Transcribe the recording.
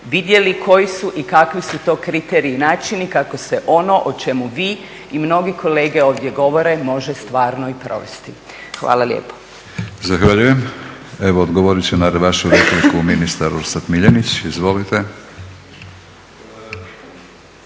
vidjeli koji su i kakvi su to kriteriji i načini kako se ono o čemu vi i mnogi kolege ovdje govore može stvarno i provesti. Hvala lijepo. **Batinić, Milorad (HNS)** Zahvaljujem. Evo odgovorit će na vašu repliku ministar Orsat Miljenić, izvolite.